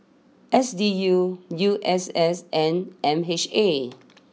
S D U U S S and M H A